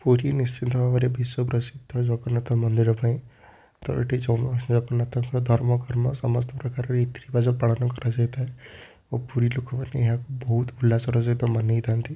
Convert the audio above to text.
ପୁରୀ ନିଶ୍ଚିତ ଭାବରେ ବିଶ୍ୱପ୍ରସିଦ୍ଧ ଜଗନ୍ନାଥଙ୍କ ମନ୍ଦିର ପାଇଁ ତ ଏଠି ସମସ୍ତେ ଜଗନ୍ନାଥଙ୍କ ଧର୍ମ କର୍ମ ସମସ୍ତପ୍ରକାର ରୀତିରିଵାଜ ପାଳନ କରାଯାଇଥାଏ ଓ ପୁରୀ ଲୋକମାନେ ଏହାକୁ ବହୁତ ଉଲ୍ଲାସର ସହିତ ମାନିକି ଥାଆନ୍ତି